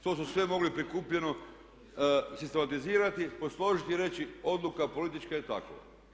To su sve mogli prikupljeno sistematizirati, posložiti i reći odluka politička je takva.